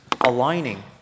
aligning